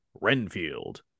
Renfield